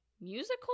musical